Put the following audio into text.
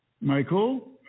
Michael